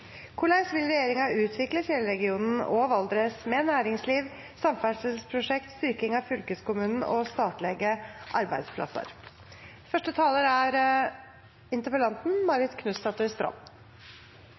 Hvordan vil regjeringen utvikle fjellregionen og Valdres med næringsliv, samferdselsprosjekt, styrking av fylkeskommunen og statlige arbeidsplasser? La meg starte med å takke interpellanten for å løfte et viktig tema. Regjeringen er